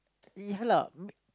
ya lah I mean